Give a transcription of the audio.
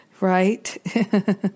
right